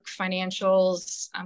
financials